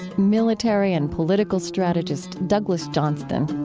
military and political strategist douglas johnston.